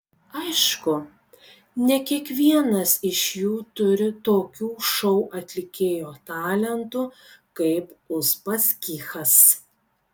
aišku ne kiekvienas iš jų turi tokių šou atlikėjo talentų kaip uspaskichas